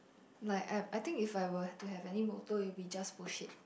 like I I think if I were to have any motto it will be just push it